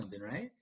right